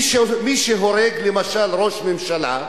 מי שהורג, למשל, ראש ממשלה,